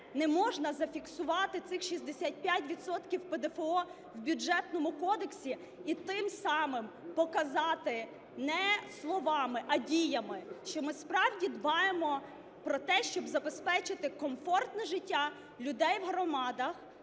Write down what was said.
не можна зафіксувати ці 65 відсотків ПДФО в Бюджетному кодексі і тим самим показати не словами, а діями, що ми, справді, дбаємо про те, щоб забезпечити комфортне життя людей в громадах,